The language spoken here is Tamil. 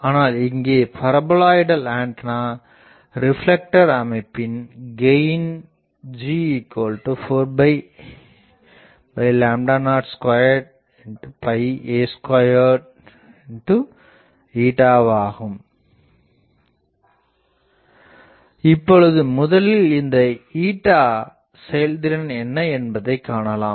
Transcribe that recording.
ஆனால் இங்கே பரபோலாய்டல் ஆண்டனா ரிப்ளேக்டர் அமைப்பின் கெயின் G402 ஆகும் இப்பொழுது முதலில் இந்த செயல்திறன் என்ன என்பதை காணலாம்